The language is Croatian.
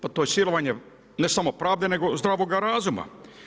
Pa to je silovanje ne samo pravde, nego zdravoga razuma.